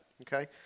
Okay